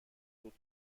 بود